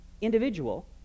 individual